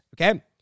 okay